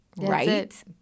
right